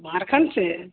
कुमारखंड से